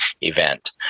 event